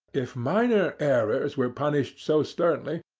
if minor errors were punished so sternly,